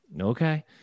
Okay